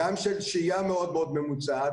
וגם של שהייה מאוד מאוד ממוצעת.